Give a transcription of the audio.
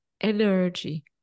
energy